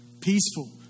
peaceful